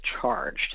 charged